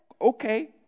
okay